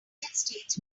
states